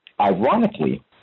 ironically